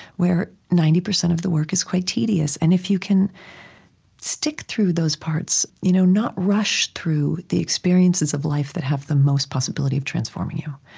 where ninety percent of the work is quite tedious. and if you can stick through those parts you know not rush through the experiences of life that have the most possibility of transforming you,